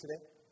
today